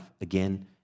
again